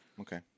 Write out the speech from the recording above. Okay